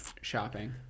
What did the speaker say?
shopping